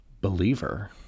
believer